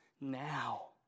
now